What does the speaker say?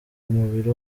umubiri